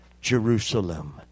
Jerusalem